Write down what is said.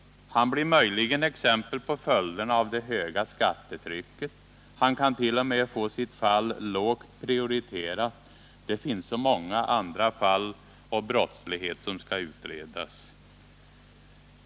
Han blir möjligen exempel på följderna av det höga skattetrycket. Han kan t.o.m. få sitt fall lågt prioriterat; det finns så många andra fall av brottslighet som skall utredas.